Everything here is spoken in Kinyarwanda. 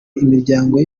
imiryango